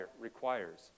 requires